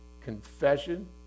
confession